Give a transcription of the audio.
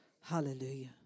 Hallelujah